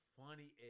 funny